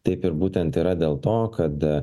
taip ir būtent yra dėl to kad